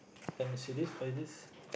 let me see this what is this